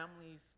families